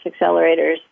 accelerators